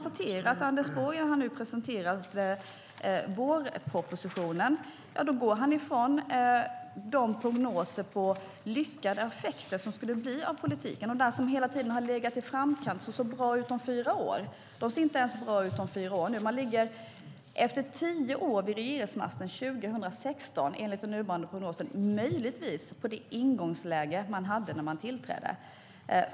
Anders Borg har nu presenterat vårpropositionen. Han går ifrån prognoserna på de lyckade effekter som skulle bli av politiken. Det som hela tiden har legat i framkant och som såg bra ut om fyra år ser inte bra ut ens om fyra år från nu. De ligger år 2016, efter tio år vid regeringsmakten, enligt den nuvarande prognosen möjligtvis på det ingångsläge man hade när man tillträdde.